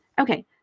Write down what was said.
okay